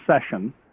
session